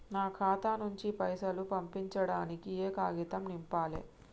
నా ఖాతా నుంచి పైసలు పంపించడానికి ఏ కాగితం నింపాలే?